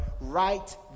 right